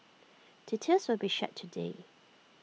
details will be shared today